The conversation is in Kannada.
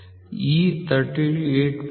ಈ 38